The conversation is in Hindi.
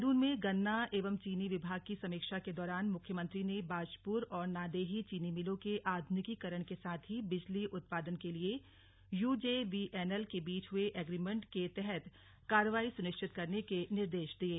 देहरादून में गन्ना एवं चीनी विभाग की समीक्षा के दौरान मुख्यमंत्री ने बाजपुर और नादेही चीनी मिलों के आधुनिकीकरण के साथ ही बिजली उत्पादन के लिए यूजेवीएनएल के बीच हुए एग्रीमेंट के तहत कार्यवाही सुनिश्चित करने के निर्देश दिये